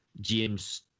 James